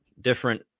different